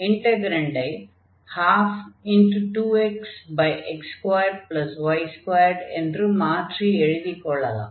இன்டக்ரன்டை 12 2xx2y2 என்று மாற்றி எழுதிக் கொள்ளலாம்